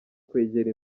kwegera